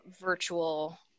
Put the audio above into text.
virtual